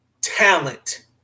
talent